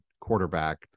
quarterback